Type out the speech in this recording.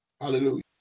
Hallelujah